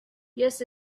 yet